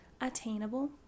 Attainable